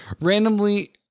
Randomly